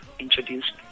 Introduced